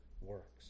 works